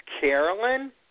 Carolyn